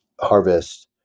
harvest